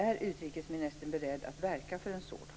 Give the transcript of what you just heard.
Är utrikesministern beredd att verka för en sådan?